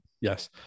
Yes